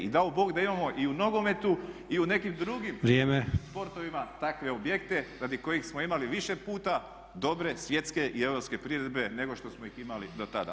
I dao Bog da imamo i u nogometu i u nekim drugim sportovima takve objekte radi kojih smo imali više puta dobre, svjetske i europske priredbe nego što smo ih imali do tada.